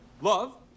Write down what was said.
love